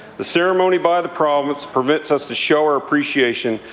the ceremony by the province permits us to show our appreciation,